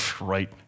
Right